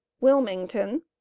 wilmington